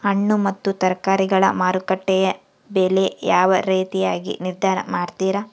ಹಣ್ಣು ಮತ್ತು ತರಕಾರಿಗಳ ಮಾರುಕಟ್ಟೆಯ ಬೆಲೆ ಯಾವ ರೇತಿಯಾಗಿ ನಿರ್ಧಾರ ಮಾಡ್ತಿರಾ?